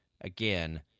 again